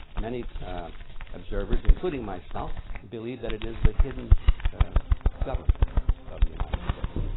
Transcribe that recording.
many observers including myself believe that it is the hidden government of the united states.